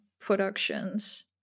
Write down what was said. productions